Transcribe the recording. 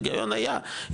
ההיגיון היה,